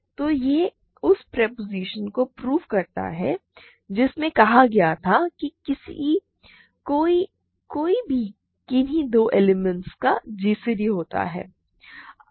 तो यह उस प्रोपोज़िशन को प्रूव करता है जिसमें कहा गया था कि किसी कोई भी किन्ही दो एलिमेंट का gcd होता है